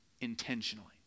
intentionally